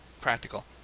practical